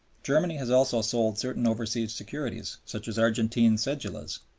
germany has also sold certain overseas securities, such as argentine cedulas,